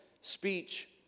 speech